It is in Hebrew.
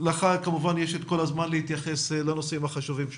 ולך כמובן יש כל הזמן להתייחס לנושאים החשובים שעלו.